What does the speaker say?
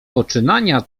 poczynania